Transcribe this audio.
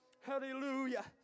Hallelujah